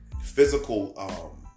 physical